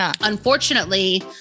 unfortunately